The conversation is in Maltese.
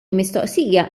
mistoqsija